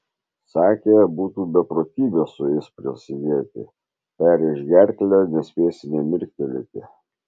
sakė būtų beprotybė su jais prasidėti perrėš gerklę nespėsi nė mirktelėti